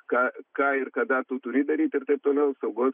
ką ką ir kada tu turi daryti ir taip toliau saugos